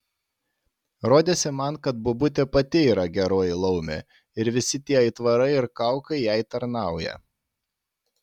rodėsi man kad bobutė pati yra geroji laumė ir visi tie aitvarai ir kaukai jai tarnauja